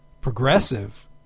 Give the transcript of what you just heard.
progressive